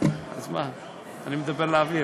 אז מה, אני מדבר לאוויר.